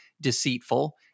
deceitful